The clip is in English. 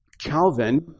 Calvin